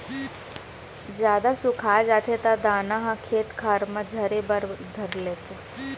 जादा सुखा जाथे त दाना ह खेत खार म झरे बर धर लेथे